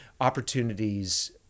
opportunities